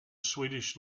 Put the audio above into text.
swedish